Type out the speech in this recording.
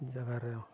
ᱡᱟᱭᱜᱟ ᱨᱮ